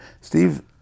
Steve